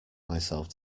myself